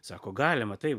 sako galima taip